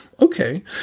Okay